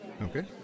Okay